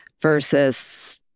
versus